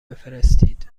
بفرستید